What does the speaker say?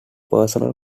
personal